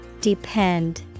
Depend